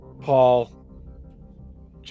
Paul